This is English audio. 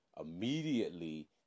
immediately